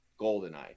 goldeneye